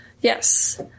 Yes